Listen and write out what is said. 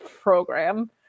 program